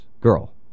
Girl